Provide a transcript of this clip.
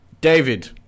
David